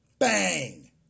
Bang